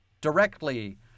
directly